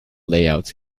layouts